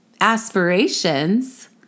aspirations